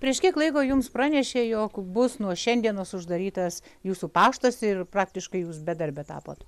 prieš kiek laiko jums pranešė jog bus nuo šiandienos uždarytas jūsų paštas ir praktiškai jūs bedarbė tapot